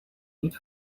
niet